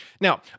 Now